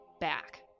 back